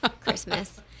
Christmas